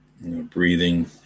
breathing